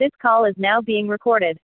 this call is now being recorded